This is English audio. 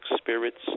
spirits